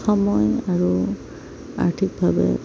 সময় আৰু আৰ্থিকভাৱে